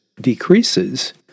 decreases